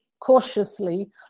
cautiously